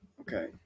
Okay